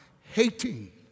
hating